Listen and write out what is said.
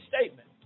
statement